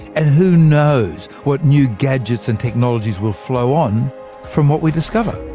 and who knows what new gadgets and technologies will flow on from what we discover,